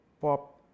pop